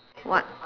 what